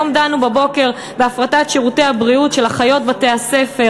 היום בבוקר דנו בהפרטת שירותי הבריאות של אחיות בתי-הספר,